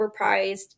overpriced